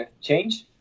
change